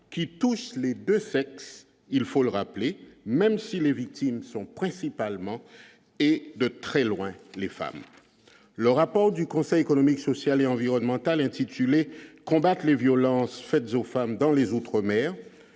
qui tous les 2 7, il faut le rappeler, même si les victimes sont principalement et de très loin les femmes, le rapport du Conseil économique, social et environnemental intitulée Combattre les violences faites aux femmes dans les outre- mer